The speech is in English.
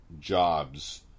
jobs